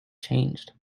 changed